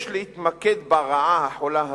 יש להתמקד ברעה החולה הזו,